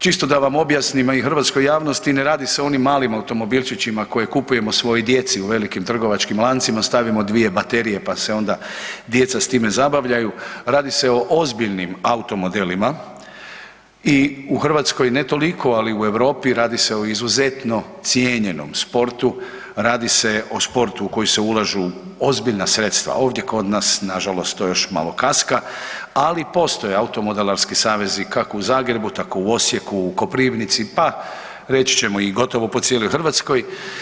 Čisto da vam objasnim, a i hrvatskoj javnosti, ne radi se o onim malim automobilčićima koje kupujemo svojoj djeci u velikim trgovačkim lancima, stavimo dvije baterije, pa se onda djeca s time zabavljaju, radi se o ozbiljnim automodelima i u Hrvatskoj ne toliko, ali u Europi radi se o izuzetno cijenjenom sportu, radi se o sportu u koji se ulažu ozbiljna sredstva, ovdje kod nas nažalost to još malo kaska, ali postoje automodelarski savezi kako u Zagrebu, tako u Osijeku, u Koprivnici, pa reći ćemo i gotovo po cijeloj Hrvatskoj.